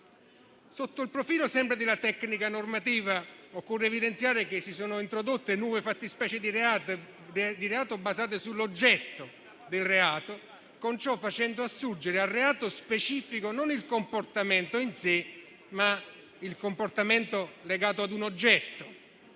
Sotto il profilo della tecnica normativa occorre evidenziare che si sono introdotte nuove fattispecie di reato basate sull'oggetto del reato, con ciò facendo assurgere a reato specifico non il comportamento in sé, ma il comportamento legato a un oggetto,